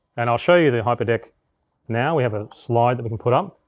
and i'll show you the hyperdeck now, we have ah slide that we can put up.